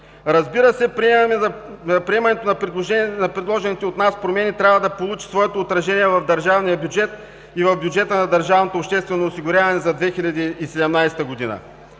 Разбира се, приемането на предложените от нас промени трябва да получи своето отражение в държавния бюджет и в бюджета на държавното